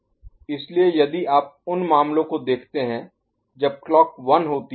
इसलिए यदि आप उन मामलों को देखते हैं जब क्लॉक 1 होती है